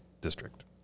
District